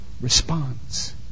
response